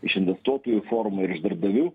iš investuotojų formų ir iš darbdavių